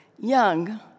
young